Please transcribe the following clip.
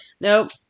Nope